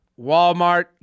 Walmart